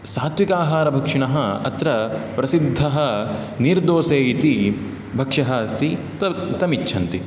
सात्त्विक आहारभक्षिणः अत्र प्रसिद्धः नीर् दोसे इति भक्षः अस्ति त तम् इच्छन्ति